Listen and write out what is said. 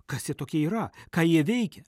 kas jie tokie yra ką jie veikia